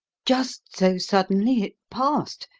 just so suddenly it passed,